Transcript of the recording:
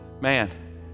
Man